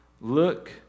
look